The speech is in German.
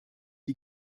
die